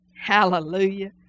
Hallelujah